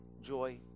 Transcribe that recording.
joy